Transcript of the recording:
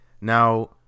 Now